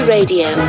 Radio